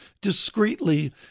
discreetly